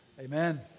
amen